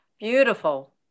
Beautiful